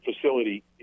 facility